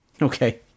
Okay